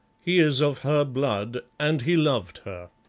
he is of her blood, and he loved her.